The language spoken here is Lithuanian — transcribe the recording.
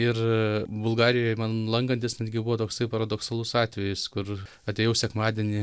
ir bulgarijoje man lankantis netgi buvo toksai paradoksalus atvejis kur atėjau sekmadienį